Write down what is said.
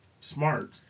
smart